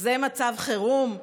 זה מצב חירום?